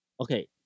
Okay